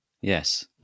Yes